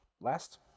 Last